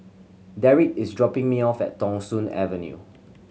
Darrick is dropping me off at Thong Soon Avenue